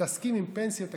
מתעסקים בפנסיות תקציביות.